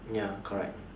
ya correct